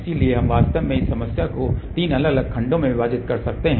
इसलिए हम वास्तव में इस समस्या को 3 अलग अलग खंडों में विभाजित कर सकते हैं